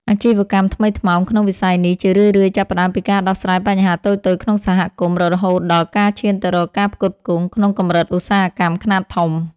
អាជីវកម្មថ្មីថ្មោង ក្នុងវិស័យនេះជារឿយៗចាប់ផ្ដើមពីការដោះស្រាយបញ្ហាតូចៗក្នុងសហគមន៍ រហូតដល់ការឈានទៅរកការផ្គត់ផ្គង់ក្នុងកម្រិតឧស្សាហកម្មខ្នាតធំ។